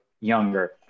younger